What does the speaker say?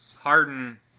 Harden